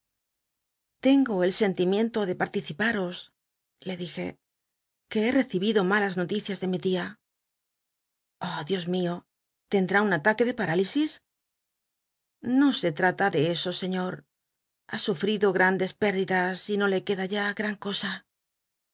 tengo el sentimiento de p tttici patos le dije r uc he reci bido malas noticias de mi tia i ah i dios mio tcnd tü un ataque de p u'a lisis no se trata de eso señor ha sufrido grandes pérdidas y no le ueda ya gran cosa